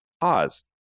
Pause